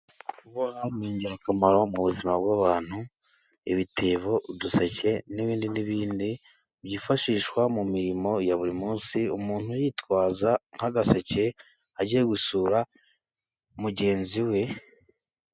Kuboha ni ingirakamaro mu buzima bw'abantu. Ibitebo, uduseke n'ibindi n'ibindi. Byifashishwa mu mirimo ya buri munsi. Umuntu yitwaza nk'agaseke agiye gusura mugenzi we.